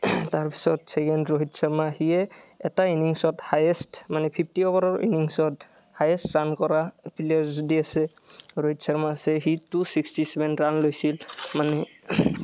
তাৰপিছত চেকেণ্ড ৰোহিত শৰ্মা সিয়ে এটা ইনিংচত হায়েষ্ট মানে ফিফটি অভাৰৰ ইনিংচত হায়েষ্ট ৰাণ কৰা প্লেয়াৰ যদি আছে ৰোহিত শৰ্মা আছে সি টু চিক্সটি চেভেন ৰাণ লৈছিল মানে